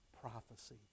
prophecy